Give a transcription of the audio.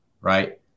right